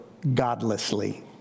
godlessly